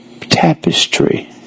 tapestry